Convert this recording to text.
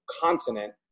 continent